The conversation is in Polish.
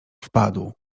wpadł